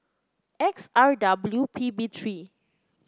X R W P B three